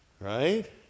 Right